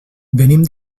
venim